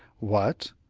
what!